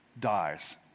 Dies